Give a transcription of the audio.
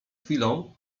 chwilą